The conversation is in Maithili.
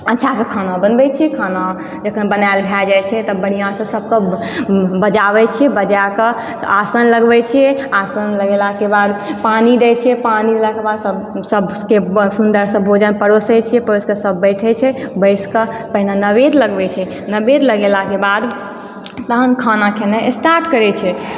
अच्छासँ खाना बनबए छिए खाना जखन बनाएल भए जाइत छेै तऽ बढ़िआँसँ सबकेँ बजाबए छिऐ बजा कऽ आसन लगबै छिए आसन लगेलाकेँ बाद पानि दए छिए पानि देलाके बाद सब सबकेँ बहुत सुन्दरसँ भोजन परोसै छिए परोस कऽ सब बैठै छै बैस कऽ पहिने नैवेद्य लगबै छै नैवेद्य लगेलाके बाद तखन खाना खेनाइ स्टार्ट करै छै